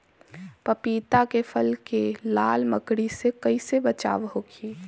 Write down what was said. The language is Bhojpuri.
पपीता के फल के लाल मकड़ी से कइसे बचाव होखि?